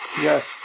Yes